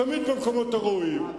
תמיד במקומות הראויים.